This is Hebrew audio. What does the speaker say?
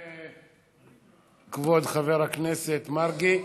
תודה לכבוד חבר הכנסת מרגי.